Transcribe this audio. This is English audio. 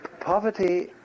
poverty